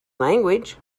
language